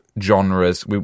genres